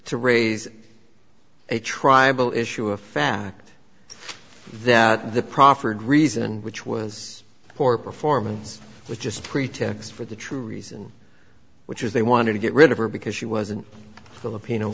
to raise a tribal issue a fact that the proffered reason which was poor performance was just a pretext for the true reason which is they wanted to get rid of her because she wasn't filipino